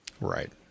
Right